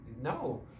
No